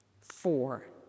Four